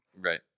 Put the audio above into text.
Right